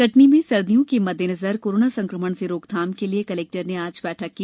कटनी में सर्दियों के मद्देनजर कोरोना संक्रमण से रोकथाम के लिये कलेक्टर ने आज बैठक की